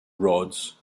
rods